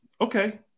Okay